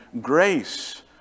grace